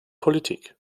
politik